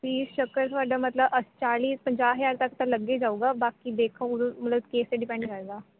fees structure ਤੁਹਾਡਾ ਮਤਲਬ ਚਾਲ਼ੀ ਪੰਜਾਹ ਹਜ਼ਾਰ ਤੱਕ ਤਾਂ ਲੱਗ ਹੀ ਜਾਵੇਗਾ ਬਾਕੀ ਦੇਖੋ ਮਤਲਬ ਕੇਸ 'ਤੇ ਡੀਪੈਂਡ ਕਰਦਾ